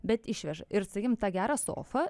bet išveža ir sakykim tą gerą sofą